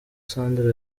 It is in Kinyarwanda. sandra